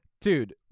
Dude